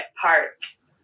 parts